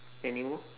anymore